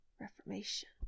reformation